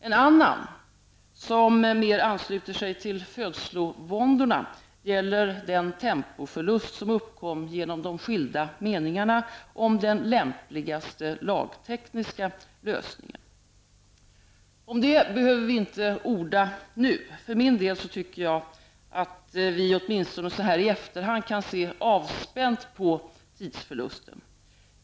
En annan -- som mer ansluter sig till födslovåndorna -- gäller den tempoförlust som uppkom genom de skilda meningarna om den lämpligaste lagtekniska lösningen. Om detta behöver vi inte orda nu. För min del tycker jag att vi åtminstone så här i efterhand kan se avspänt på tidsförlusten.